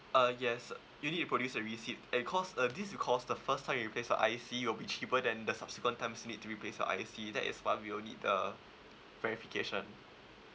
uh yes you need to produce a receipt and cause uh this is because the first time you replace your I_C it'll be cheaper than the subsequent times you need to replace your I_C that is why we will need the verification